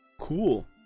Cool